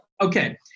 Okay